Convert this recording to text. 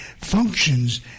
functions